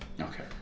Okay